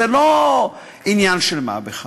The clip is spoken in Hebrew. זה לא עניין של מה בכך.